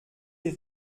des